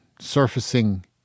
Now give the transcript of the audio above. surfacing